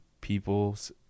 people's